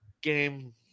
game